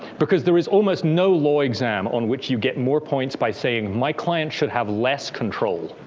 because there is almost no law exam on which you get more points by saying, my client should have less control.